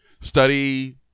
study